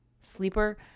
sleeper